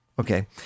Okay